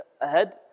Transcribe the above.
ahead